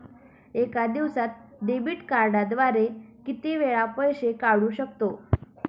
एका दिवसांत डेबिट कार्डद्वारे किती वेळा पैसे काढू शकतो?